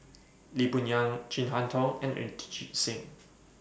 Lee Boon Yang Chin Harn Tong and Inderjit Singh